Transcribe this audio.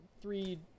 three